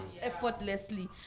effortlessly